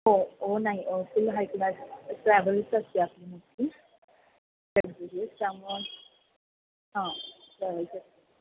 हो हो नाही फुल हाय क्लास ट्रॅव्हल्स असते आपली मोस्टली त्यामुळं हां ट्रॅवल्स असते